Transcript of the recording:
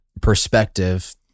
perspective